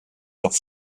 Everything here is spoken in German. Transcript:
doch